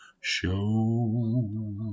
Show